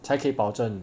才可以保证